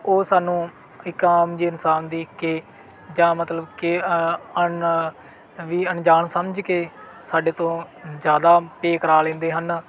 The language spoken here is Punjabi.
ਉਹ ਸਾਨੂੰ ਇੱਕ ਆਮ ਜਿਹੇ ਇਨਸਾਨ ਦੇਖ ਕੇ ਜਾਂ ਮਤਲਬ ਕੇ ਅਨ ਵੀ ਅਣਜਾਣ ਸਮਝਕੇ ਸਾਡੇ ਤੋਂ ਜ਼ਿਆਦਾ ਪੇ ਕਰਵਾ ਲੈਂਦੇ ਹਨ